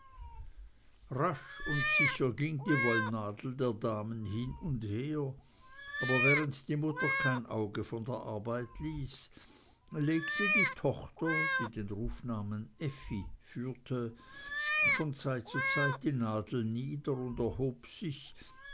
und sicher ging die wollnadel der damen hin und her aber während die mutter kein auge von der arbeit ließ legte die tochter die den rufnamen effi führte von zeit zu zeit die nadel nieder und erhob sich